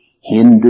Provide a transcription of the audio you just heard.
Hindu